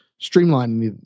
streamlining